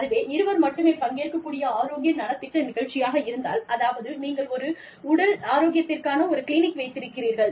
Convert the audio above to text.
அதுவே இருவர் மட்டுமே பங்கேற்கக் கூடிய ஆரோக்கிய நலத்திட்ட நிகழ்ச்சியாக இருந்தால் அதாவது நீங்கள் ஒரு உடல் ஆரோக்கியத்திற்கான ஒரு கிளினிக் வைத்திருக்கிறீர்கள்